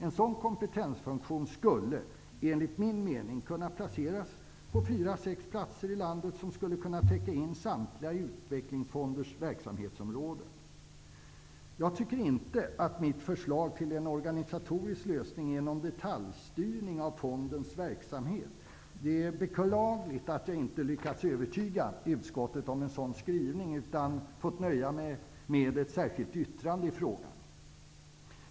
En sådan kompetensfunktion skulle, enligt min mening, kunna placeras på fyra, fem eller sex platser i landet, som då skulle kunna täcka in samtliga utvecklingsfonders verksamhetsområden. Jag tycker inte att mitt förslag till en organisatorisk lösning är någon detaljstyrning av fondens verksamhet. Det är beklagligt att jag inte lyckats övertyga utskottet om en sådan skrivning, utan fått nöja mig med ett särskilt yttrande i frågan.